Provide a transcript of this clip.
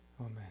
Amen